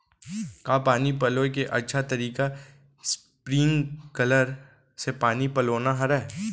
का पानी पलोय के अच्छा तरीका स्प्रिंगकलर से पानी पलोना हरय?